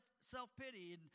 self-pity